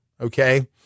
okay